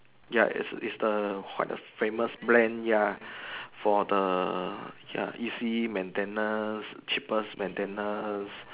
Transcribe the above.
ya is is the quite a famous brand ya for the ya easy maintained cheapest maintenance